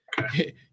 Okay